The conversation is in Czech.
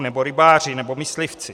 Nebo rybáři, nebo myslivci.